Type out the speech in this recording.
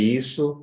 isso